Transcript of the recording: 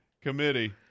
Committee